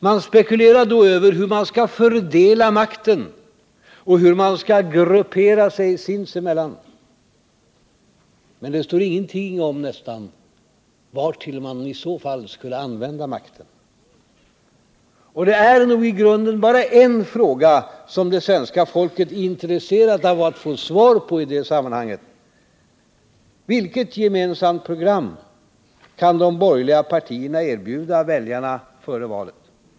Man spekulerar över hur man skall fördela makten och hur man skall gruppera sig sinsemellan. Men det står nästan ingenting om vartill man i så fall skulle använda makten. Det är nog i grunden bara en fråga som det svenska folket är intresserat att få svar på i sammanhanget. Vilket gemensamt program kan de borgerliga partierna erbjuda väljarna före valet?